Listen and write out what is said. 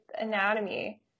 anatomy